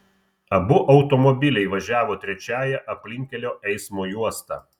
abu automobiliai važiavo trečiąja aplinkkelio eismo juosta